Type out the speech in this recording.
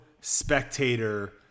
spectator